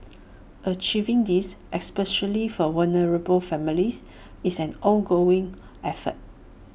achieving this especially for vulnerable families is an ongoing effort